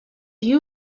you